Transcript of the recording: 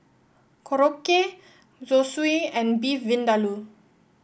Korokke Zosui and Beef Vindaloo